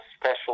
special